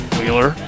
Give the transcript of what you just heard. Wheeler